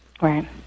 Right